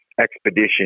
expedition